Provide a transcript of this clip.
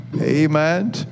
Amen